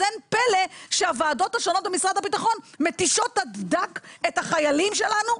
אין פלא שהוועדות השונות במשרד הביטחון מתישות עד דק את החיילים שלנו,